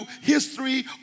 history